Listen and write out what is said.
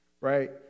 right